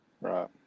Right